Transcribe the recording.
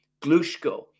Glushko